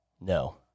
No